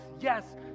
yes